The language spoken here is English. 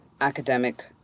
academic